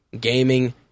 gaming